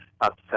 upset